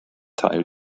teil